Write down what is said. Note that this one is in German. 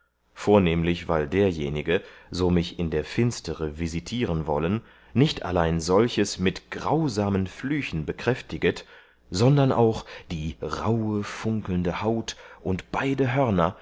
vornehmlich weil derjenige so mich in der finstere visitieren wollen nicht allein solches mit grausamen flüchen bekräftiget sondern auch die rauhe funklende haut und beide